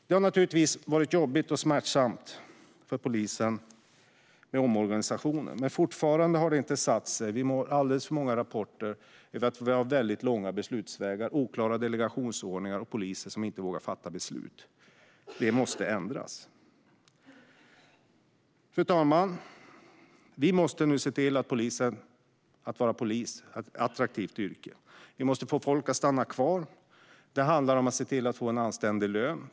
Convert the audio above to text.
Det har naturligtvis varit jobbigt och smärtsamt för polisen med omorganisationen. Men fortfarande har den inte satt sig. Vi får alldeles för många rapporter om långa beslutsvägar, oklara delegationsordningar och poliser som inte vågar fatta beslut. Det måste ändras. Fru talman! Vi måste nu se till att polis blir ett attraktivt yrke. Vi måste få folk att stanna kvar. Det handlar om att få en anständig lön.